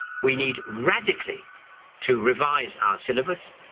we need radically to revise our syllabus.